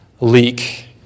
leak